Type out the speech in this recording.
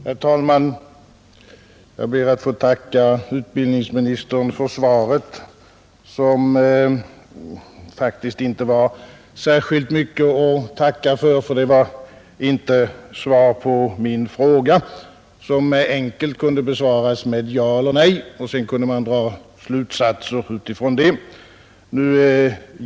Herr talman! Jag ber att få tacka utbildningsministern för svaret, som faktiskt inte var särskilt mycket att tacka för, ty det var inte svar på min fråga vilken enkelt kunde ha besvarats med ja eller nej och sedan kunde man ha dragit slutsatserna utifrån detta.